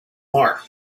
mark